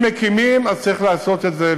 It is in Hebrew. אם מקימים, אז צריך לעשות את זה.